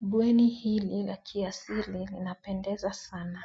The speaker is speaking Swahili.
Bweni hili la kiasili linapendeza sana.